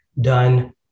done